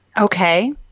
Okay